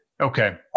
Okay